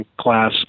class